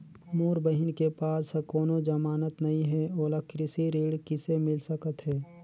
मोर बहिन के पास ह कोनो जमानत नहीं हे, ओला कृषि ऋण किसे मिल सकत हे?